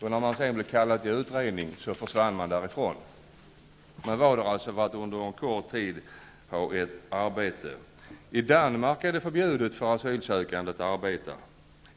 och när de sedan blev kallade till utredning, försvann de. De var alltså personer som sökte sig till Norge för att under en kort tid ha ett arbete där. I Danmark är det förbjudet för asylsökande att arbeta.